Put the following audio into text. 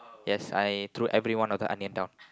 yes I threw every one of the onion down